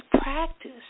practice